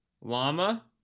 Llama